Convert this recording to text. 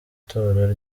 itora